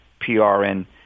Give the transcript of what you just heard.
PRN